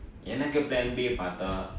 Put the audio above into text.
எனக்கு:enakku plan b பாத்தா:paathaa